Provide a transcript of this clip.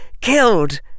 killed